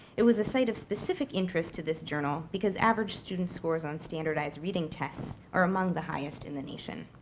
it was a site of specific interest to this journal, because average students' scores on standardized reading tests are among the highest in the nation.